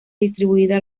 distribuida